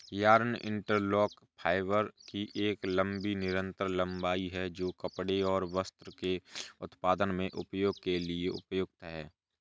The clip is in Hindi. यार्न इंटरलॉक फाइबर की एक लंबी निरंतर लंबाई है, जो कपड़े और वस्त्रों के उत्पादन में उपयोग के लिए उपयुक्त है